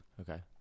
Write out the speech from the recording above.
Okay